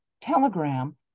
Telegram